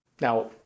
Now